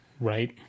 Right